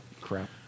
crap